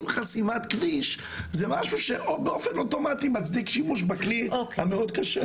אם חסימת כביש זה משהו שבאופן אוטומטי מצדיק שימוש בכלי המאוד קשה הזה.